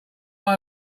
are